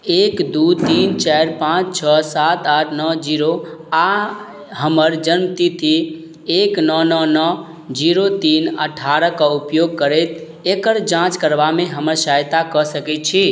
एक दू तीन चारि पाँच छओ सात आठ नओ जीरो आ हमर जन्म तिथि एक नओ नओ जीरो तीन अठारह कऽ उपयोग करैत एकर जाँच करबामे हमर सहायता कऽ सकैत छी